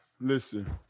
Listen